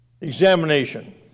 Examination